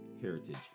Heritage